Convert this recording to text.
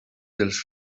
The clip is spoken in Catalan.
dels